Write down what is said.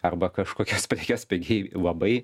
arba kažkokias prekes pigiai labai